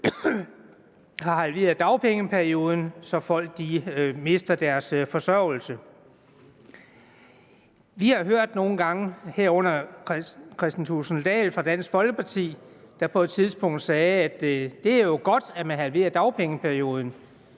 har halveret dagpengeperioden, så folk mister deres forsørgelse. Vi har hørt nogle gange, herunder fra hr. Kristian Thulesen Dahl fra Dansk Folkeparti, der på et tidspunkt sagde det, at det jo er godt, at man halverer dagpengeperioden.